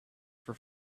for